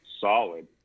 solid